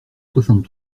soixante